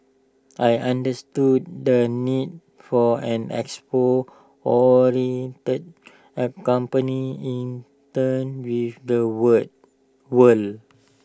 I understood the need for an export oriented A company in turn with the world world